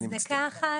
אז דקה אחת.